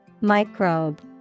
Microbe